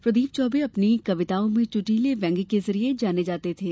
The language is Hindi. प्रदीप चौबे अपनी कविताओं में चूटीले व्यंग्य के लिए जाने जाते थे